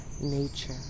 nature